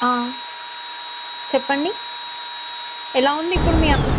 చెప్పండి ఎలా ఉంది ఇప్పుడు మీ